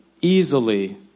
easily